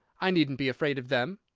i needn't be afraid of them!